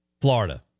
Florida